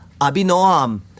Abinoam